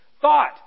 Thought